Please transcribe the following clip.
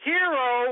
Hero